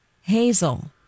Hazel